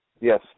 Yes